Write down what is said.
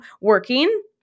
working